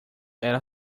era